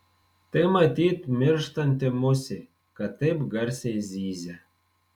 tai matyt mirštanti musė kad taip garsiai zyzia